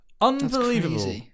Unbelievable